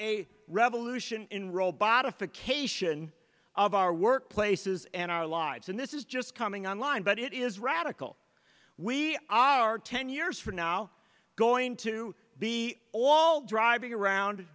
a revolution in robot afic cation of our workplaces and our lives and this is just coming on line but it is radical we are ten years from now going to be all driving around